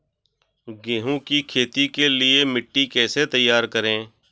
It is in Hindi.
गेहूँ की खेती के लिए मिट्टी कैसे तैयार करें?